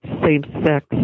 same-sex